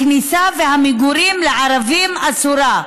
הכניסה והמגורים לערבים אסורה.